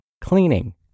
cleaning